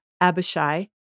Abishai